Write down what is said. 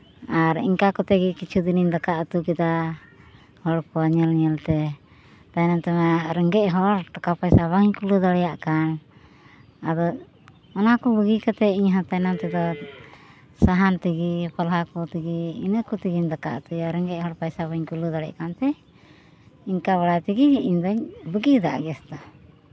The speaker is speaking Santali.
ᱟᱨ ᱤᱱᱠᱟᱹ ᱠᱟᱛᱮᱫ ᱜᱮ ᱠᱤᱪᱷᱩ ᱫᱤᱱᱤᱧ ᱫᱟᱠᱟ ᱩᱛᱩ ᱠᱮᱫᱟ ᱦᱚᱲ ᱠᱚᱣᱟᱜ ᱧᱮᱞ ᱧᱮᱞ ᱛᱮ ᱛᱟᱭᱚᱢ ᱛᱮᱢᱟ ᱨᱮᱸᱜᱮᱡ ᱦᱚᱲ ᱴᱟᱠᱟ ᱯᱚᱭᱥᱟ ᱵᱟᱹᱧ ᱠᱩᱞᱟᱹᱣ ᱫᱟᱲᱮᱭᱟᱜ ᱠᱟᱱ ᱟᱫᱚ ᱚᱱᱟ ᱠᱚ ᱵᱟᱹᱜᱤ ᱠᱟᱛᱮᱫ ᱤᱧᱦᱚᱸ ᱛᱟᱭᱱᱚᱢ ᱛᱮᱫᱚ ᱥᱟᱦᱟᱱ ᱛᱮᱜᱮ ᱯᱟᱞᱦᱟ ᱠᱚ ᱛᱮᱜᱮ ᱤᱱᱟᱹ ᱠᱚ ᱛᱮᱜᱮᱧ ᱫᱟᱠᱟ ᱩᱛᱩᱭᱟ ᱨᱮᱸᱜᱮᱡ ᱦᱚᱲ ᱯᱚᱭᱥᱟ ᱵᱟᱹᱧ ᱠᱩᱞᱟᱹᱣ ᱫᱟᱲᱮᱭᱟᱜ ᱠᱟᱱᱛᱮ ᱤᱱᱠᱟᱹ ᱵᱟᱲᱟᱭ ᱛᱮᱜᱮ ᱤᱧᱫᱚᱧ ᱵᱟᱹᱜᱤᱭᱟᱫᱟ ᱜᱮᱥ ᱫᱚ